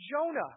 Jonah